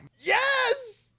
yes